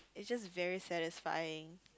eh just very satisfying